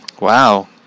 Wow